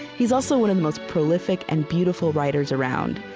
he is also one of the most prolific and beautiful writers around.